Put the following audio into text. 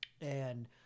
and-